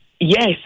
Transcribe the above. Yes